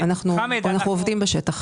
אמר: "אנחנו מכירים את החולה הקיימת,